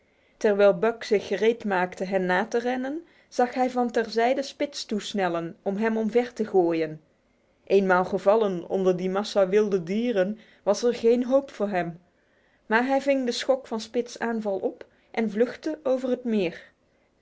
terwijl buck zich gereedmaakte hen na te rennen zag hij van ter zijde spitz toesnellen om hem omver te gooien eenmaal gevallen onder die massa wilde dieren was er geen hoop voor hem maar hij ving de schok van spitz aanval op en vluchtte over het meer